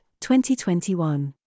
2021